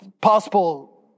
possible